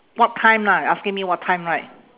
what time lah you asking me what time right